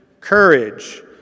courage